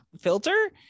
filter